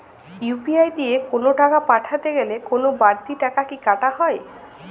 UPI দিয়ে কোন টাকা পাঠাতে গেলে কোন বারতি টাকা কি কাটা হয়?